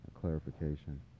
clarification